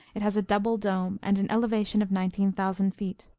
it has a double dome, and an elevation of nineteen thousand feet.